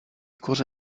cose